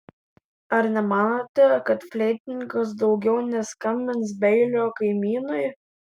ar nemanote kad fleitininkas daugiau neskambins beilio kaimynui